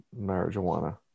marijuana